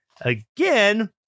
Again